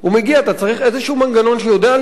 אתה צריך איזה מנגנון שיודע להתייחס,